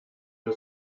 wir